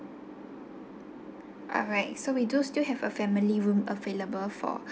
alright so we do still have a family room available for